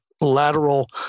lateral